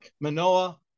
Manoa